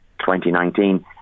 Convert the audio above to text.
2019